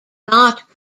not